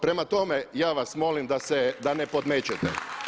Prema tome, ja vas molim da ne podmećete.